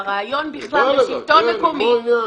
והרעיון בכלל לשלטון מקומי,